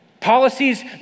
Policies